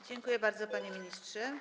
Dziękuję bardzo, panie ministrze.